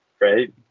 right